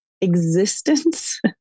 existence